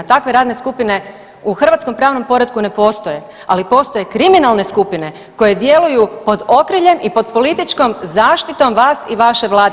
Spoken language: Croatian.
Takve radne skupine u hrvatskom pravnom poretku ne postoje, ali postoje kriminalne skupine koje djeluju pod okriljem i pod političkom zaštitom vas i vaše vlade.